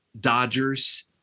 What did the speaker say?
Dodgers